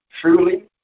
truly